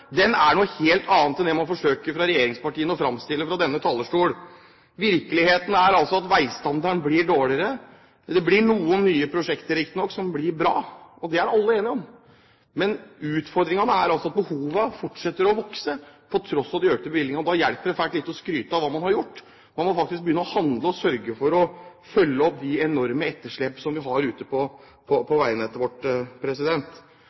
den som fra denne talerstol. Virkeligheten er at veistandarden blir dårligere. Det er riktignok noen nye prosjekter som blir bra. Det er alle enige om. Men utfordringen er at behovet fortsetter å vokse på tross av de økte bevilgningene, og da hjelper det fælt lite å skryte av hva man har gjort. Man må faktisk begynne å handle og sørge for å følge opp de enorme etterslep som vi har ute på veinettet vårt. Jeg har lyst til å utfordre regjeringen på